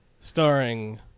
starring